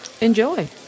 enjoy